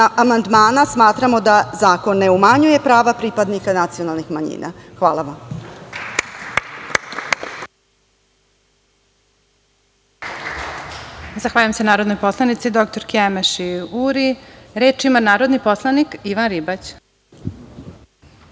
amandmana, smatramo da zakon ne umanjuje prava pripadnika nacionalnih manjina. Hvala. **Elvira Kovač** Zahvaljujem se narodnoj poslanici, dr Emeši Uri. Reč ima narodni poslanik Ivan Ribać. **Ivan